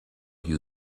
you